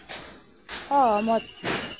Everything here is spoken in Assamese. সহমত